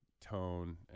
tone